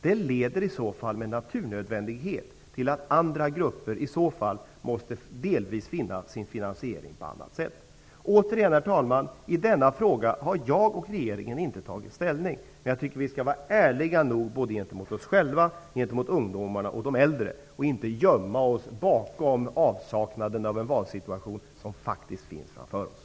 Det leder med naturnödvändighet till att andra grupper i så fall måste delvis finna sin finansiering på annat sätt. Herr talman! Jag och denna regering har inte tagit ställning i denna fråga. Jag tycker att vi skall vara ärliga nog både gentemot oss själva, gentemot ungdomarna och de äldre och inte gömma oss bakom avsaknaden av en valsituation -- som faktiskt finns inför oss.